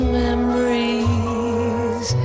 memories